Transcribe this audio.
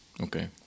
Okay